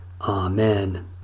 Amen